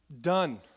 Done